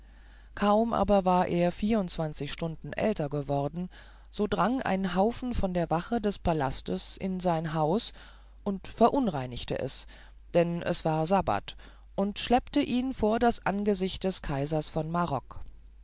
kaum aber war er vierundzwanzig stunden älter geworden so drang ein haufe von der wache des palastes in sein haus und verunreinigte es denn es war sabbat und schleppte ihn vor das angesicht des kaisers von marok